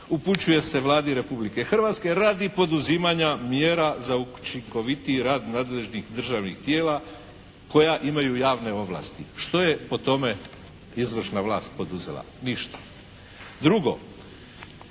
upućuje se Vladi Republike Hrvatske radi poduzimanja mjera za učinkovitiji rad nadležnih državnih tijela koja imaju javne ovlasti. Što je po tome izvršna vlast poduzela? Ništa. Drugo.